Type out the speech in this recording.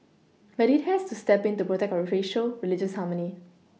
but it has to step in to protect our racial religious harmony